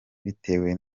bitewe